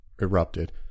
erupted